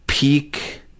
peak